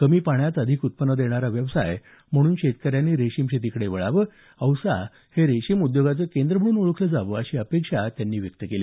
कमी पाण्यात अधिक उत्पन्न देणारा व्यवसाय म्हणून शेतकऱ्यांनी रेशीम शेतीकडे वळावं औसा हे रेशीम उद्योगाचं केंद्र म्हणून ओळखलं जावं अशी अपेक्षा त्यांनी यावेळी व्यक्त केली